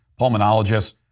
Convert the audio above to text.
pulmonologists